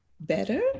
better